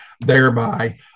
thereby